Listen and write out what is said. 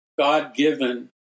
God-given